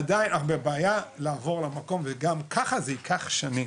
עדיין אנחנו בבעיה לעבור למקום וגם ככה זה ייקח שנים.